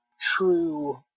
true